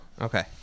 Okay